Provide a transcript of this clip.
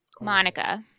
Monica